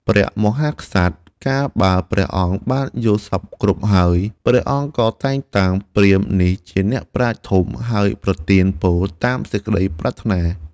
ព្រះមហាក្សត្រ កាលបើព្រះអង្គបានយល់សព្វគ្រប់ហើយ ព្រះអង្គក៏តែងតាំងព្រាហ្មណ៍នេះជាអ្នកប្រាជ្ញធំ ហើយប្រទានពរតាមសេចក្តីប្រាថ្នា ។